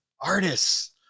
artists